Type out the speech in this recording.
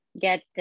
get